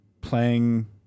playing